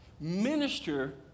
minister